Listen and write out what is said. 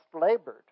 labored